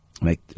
make